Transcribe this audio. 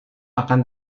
akan